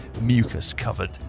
mucus-covered